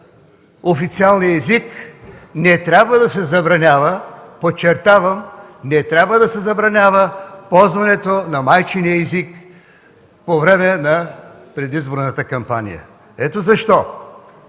официалния език не трябва да се забранява, подчертавам, не трябва да се забранява ползването на майчиния език по време на предизборната кампания. Това